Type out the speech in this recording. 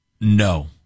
No